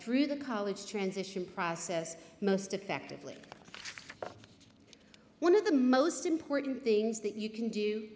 through the college transition process most effectively one of the most important things that you can do